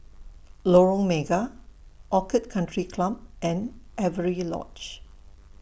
Lorong Mega Orchid Country Club and Avery Lodge